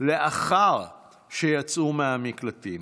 לאחר שיצאו מהמקלטים.